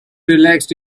relaxed